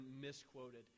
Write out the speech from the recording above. misquoted